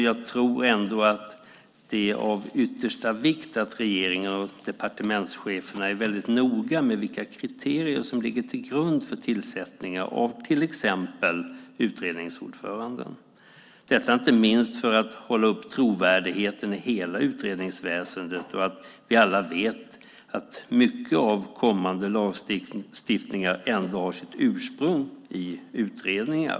Jag tror ändå att det är av yttersta vikt att regeringen och departementscheferna är väldigt noga med vilka kriterier som ligger till grund för tillsättningar av till exempel utredningsordförande. Detta gäller inte minst för att upprätthålla trovärdigheten i hela utredningsväsendet. Vi vet alla att mycket av kommande lagstiftningar ändå har sitt ursprung i utredningar.